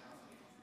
ייפגעו.